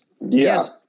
Yes